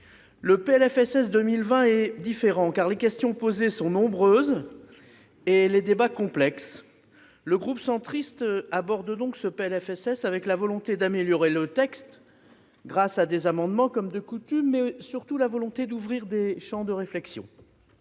Le PLFSS 2020 est différent, car les questions posées sont nombreuses et les débats complexes. Le groupe centriste aborde ce texte avec la volonté de l'améliorer, grâce à des amendements, comme de coutume, mais surtout avec celle d'ouvrir des champs de réflexion